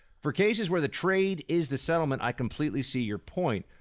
for cases where the trade is the settlement i completely see your point.